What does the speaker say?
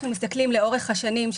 אנחנו מסתכלים לאורך השנים,